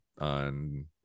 on